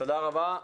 תודה רבה.